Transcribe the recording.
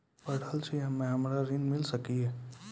पढल छी हम्मे हमरा ऋण मिल सकई?